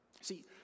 See